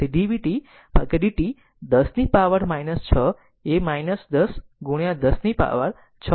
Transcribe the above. તેથી dvt dt 10 ની power 6એ 10 10 નીપાવર 6 વોલ્ટ પ્રતિ સેકન્ડ